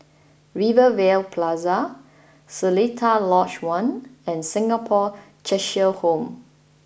Rivervale Plaza Seletar Lodge One and Singapore Cheshire Home